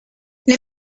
les